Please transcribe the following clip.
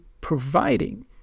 providing